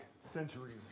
centuries